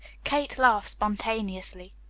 kate laughed spontaneously.